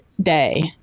day